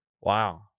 Wow